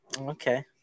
Okay